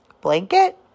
Blanket